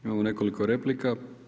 Imamo nekoliko replika.